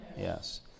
Yes